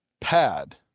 pad